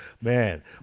man